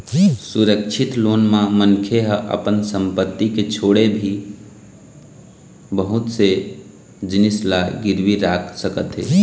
सुरक्छित लोन म मनखे ह अपन संपत्ति के छोड़े भी बहुत से जिनिस ल गिरवी राख सकत हे